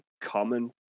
common